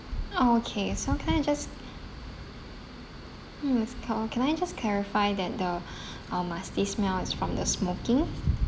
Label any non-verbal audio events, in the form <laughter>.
okay so can I just can I just clarify that the <breath> um musty smell is from the smoking